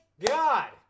God